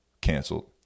canceled